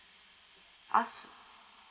ask